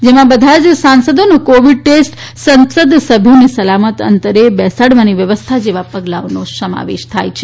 જેમાં બધા જ સાંસદોનો કોવિડ ટેસ્ટ સંસદ સભ્યોને સલામત અંતરે બેસાડવાની વ્યવસ્થા જેવા પગલાનો સમાવેશ થાય છે